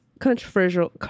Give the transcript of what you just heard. Controversial